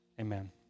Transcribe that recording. Amen